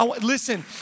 Listen